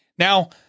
Now